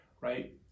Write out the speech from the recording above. right